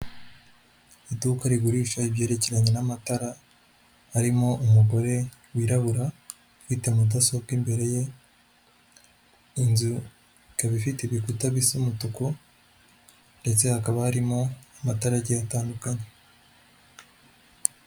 Iduka rigurisha ibyerekeranye n'amatara, harimo umugore wirabura ufite mudasobwa imbere ye, inzu ikaba ifite ibikuta bisa umutuku ndetse hakaba harimo amatara agiye atandukanye.